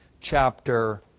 chapter